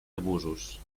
abusos